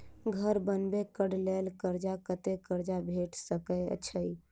घर बनबे कऽ लेल कर्जा कत्ते कर्जा भेट सकय छई?